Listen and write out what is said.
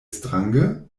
strange